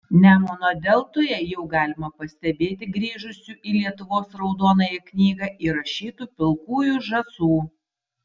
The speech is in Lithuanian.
nemuno deltoje jau galima pastebėti grįžusių į lietuvos raudonąją knygą įrašytų pilkųjų žąsų